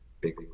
big